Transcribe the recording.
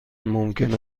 ممکن